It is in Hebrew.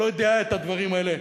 אני לא יודע את הדברים האלה,